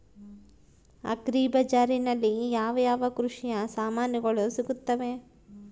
Agri ಬಜಾರಿನಲ್ಲಿ ಯಾವ ಯಾವ ಕೃಷಿಯ ಸಾಮಾನುಗಳು ಸಿಗುತ್ತವೆ?